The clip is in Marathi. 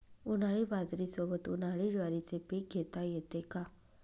उन्हाळी बाजरीसोबत, उन्हाळी ज्वारीचे पीक घेता येते का?